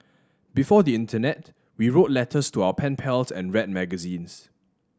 before the internet we wrote letters to our pen pals and read magazines